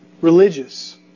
religious